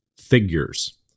figures